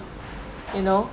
you know